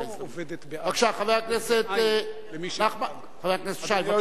חבר הכנסת נחמן שי, בבקשה.